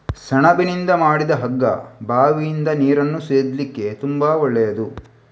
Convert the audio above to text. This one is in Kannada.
ಸೆಣಬಿನಿಂದ ಮಾಡಿದ ಹಗ್ಗ ಬಾವಿಯಿಂದ ನೀರನ್ನ ಸೇದ್ಲಿಕ್ಕೆ ತುಂಬಾ ಒಳ್ಳೆಯದು